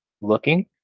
looking